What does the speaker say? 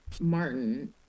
Martin